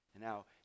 Now